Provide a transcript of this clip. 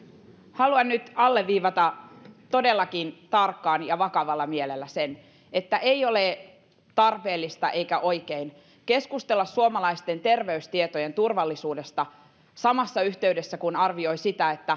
haluan nyt alleviivata todellakin tarkkaan ja vakavalla mielellä että ei ole tarpeellista eikä oikein keskustella suomalaisten terveystietojen turvallisuudesta samassa yhteydessä kun arvioi sitä